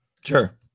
Sure